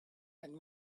and